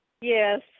yes